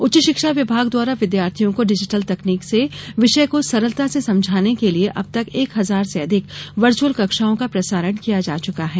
उच्च शिक्षा विभाग द्वारा विद्यार्थियों को डिजिटल तकनीक से विषय को सरलता से समझाने के लिये अबतक एक हजार से अधिक वर्चुअल कक्षाओं का प्रसारण किया जा चुका है